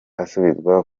asubizwa